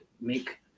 make